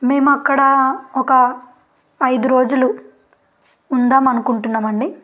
మేము అక్కడ ఒక ఐదు రోజులు ఉందాము అనుకుంటున్నామండి